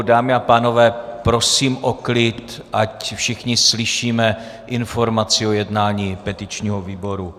Dámy a pánové, prosím o klid, ať všichni slyšíme informaci o jednání petičního výboru.